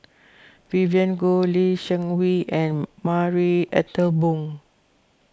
Vivien Goh Lee Seng Wee and Marie Ethel Bong